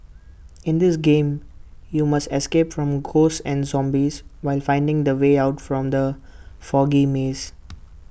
in this game you must escape from ghosts and zombies while finding the way out from the foggy maze